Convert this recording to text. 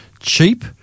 cheap